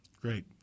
Great